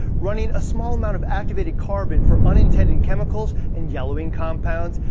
running a small amount of activated carbon for unintended chemicals and yellowing compounds,